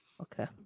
Okay